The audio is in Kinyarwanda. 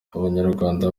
abanyarwanda